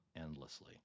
endlessly